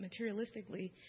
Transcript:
materialistically